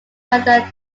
whether